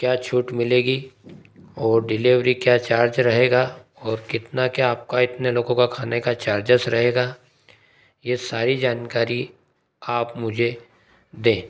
क्या छूट मिलेगी और डिलेवरी क्या चार्ज रहेगा और कितना क्या आपका इतने लोगों का खाने का चार्जेस रहेगा ये सारी जानकारी आप मुझे दें